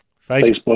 Facebook